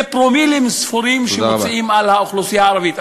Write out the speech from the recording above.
זה פרומילים ספורים שמוציאים על האוכלוסייה הערבית.